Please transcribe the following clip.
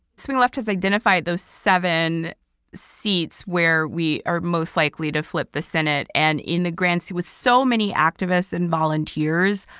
swing left has identified those seven seats where we are most likely to flip the senate and in the grants with so many activists and volunteers,